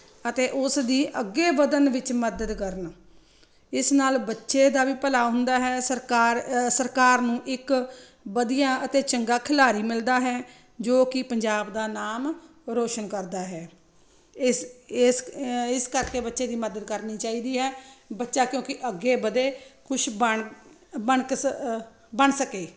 ਅਤੇ ਉਸ ਦੀ ਅੱਗੇ ਵਧਣ ਵਿੱਚ ਮਦਦ ਕਰਨਾ ਇਸ ਨਾਲ ਬੱਚੇ ਦਾ ਵੀ ਭਲਾ ਹੁੰਦਾ ਹੈ ਸਰਕਾਰ ਸਰਕਾਰ ਨੂੰ ਇੱਕ ਵਧੀਆ ਅਤੇ ਚੰਗਾ ਖਿਲਾੜੀ ਮਿਲਦਾ ਹੈ ਜੋ ਕਿ ਪੰਜਾਬ ਦਾ ਨਾਮ ਰੌਸ਼ਨ ਕਰਦਾ ਹੈ ਇਸ ਇਸ ਇਸ ਕਰਕੇ ਬੱਚੇ ਦੀ ਮਦਦ ਕਰਨੀ ਚਾਹੀਦੀ ਹੈ ਬੱਚਾ ਕਿਉਂਕਿ ਅੱਗੇ ਵਧੇ ਕੁਛ ਬਣ ਬਣਕ ਬਣ ਸਕੇ